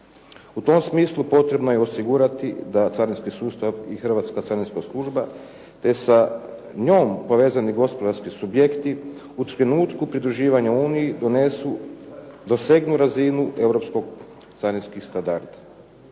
U tom smislu potrebno je osigurati da carinski sustav i hrvatska carinska služba te sa njom povezani gospodarski subjekti u trenutku pridruživanja Uniji dosegnu razinu europskih carinskih standarda.